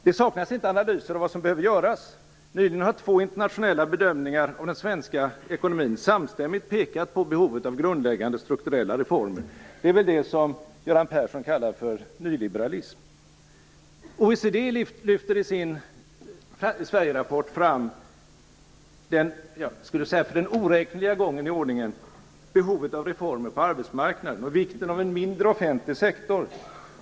Det saknas inte analyser av vad som behöver göras. Nyligen har två internationella bedömningar av den svenska ekonomin samstämmigt pekat på behovet av grundläggande strukturella reformer. Det är väl det som Göran Persson kallar för nyliberalism. Liksom oräkneliga gånger tidigare lyfter OECD i sin Sverigerapport fram behovet av reformer på arbetsmarknaden och vikten av en mindre offentlig sektor.